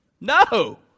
No